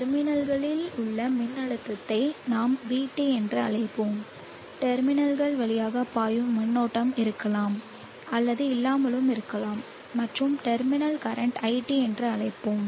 டெர்மினல்களில் உள்ள மின்னழுத்தத்தை நாம் vT என்று அழைப்போம் டெர்மினல்கள் வழியாக பாயும் மின்னோட்டம் இருக்கலாம் அல்லது இல்லாமலும் இருக்கலாம் மற்றும் டெர்மினல் கரண்ட் iT என்று அழைப்போம்